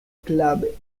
clave